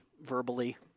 verbally